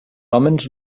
hòmens